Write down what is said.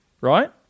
right